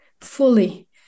fully